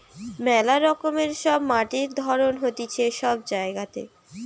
মেলা রকমের সব মাটির ধরণ হতিছে সব জায়গাতে